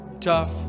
tough